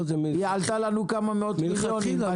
היא עלתה לנו כמה מאות מיליונים.